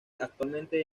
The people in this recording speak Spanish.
actualmente